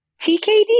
TKD